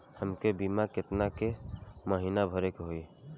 हमके बीमा केतना के महीना भरे के होई?